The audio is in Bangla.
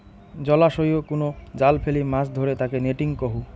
জলাশয়ই কুনো জাল ফেলি মাছ ধরে তাকে নেটিং কহু